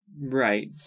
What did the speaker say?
Right